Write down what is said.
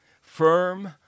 firm